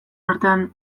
artean